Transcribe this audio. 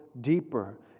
deeper